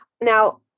Now